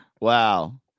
Wow